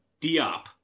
Diop